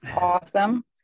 awesome